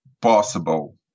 possible